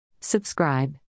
subscribe